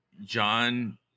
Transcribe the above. John